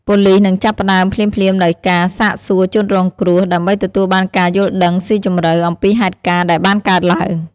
ប៉ូលិសនឹងចាប់ផ្តើមភ្លាមៗដោយការ សាកសួរជនរងគ្រោះ ដើម្បីទទួលបានការយល់ដឹងស៊ីជម្រៅអំពីហេតុការណ៍ដែលបានកើតឡើង។